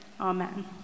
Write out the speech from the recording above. amen